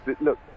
Look